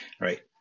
right